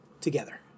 together